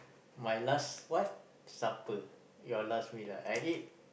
my last what supper your last meal ah I eat